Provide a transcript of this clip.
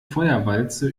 feuerwalze